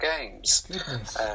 games